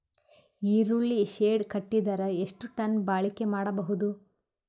ಈರುಳ್ಳಿ ಶೆಡ್ ಕಟ್ಟಿದರ ಎಷ್ಟು ಟನ್ ಬಾಳಿಕೆ ಮಾಡಬಹುದು?